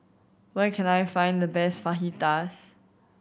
where can I find the best Fajitas